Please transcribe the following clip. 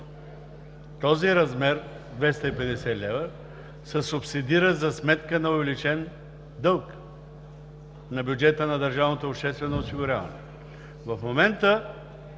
Този размер – 250 лв., се субсидира за сметка на увеличен дълг на бюджета на държавното обществено осигуряване. В момента